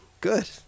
good